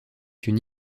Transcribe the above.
une